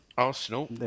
Arsenal